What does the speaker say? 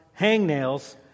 hangnails